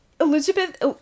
Elizabeth